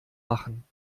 machen